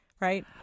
right